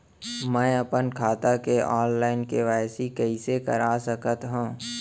मैं अपन खाता के ऑनलाइन के.वाई.सी कइसे करा सकत हव?